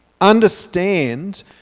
understand